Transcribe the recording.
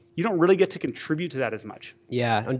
you don't really get to contribute to that as much. yeah. and